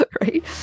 right